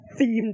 Themed